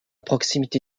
proximité